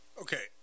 Okay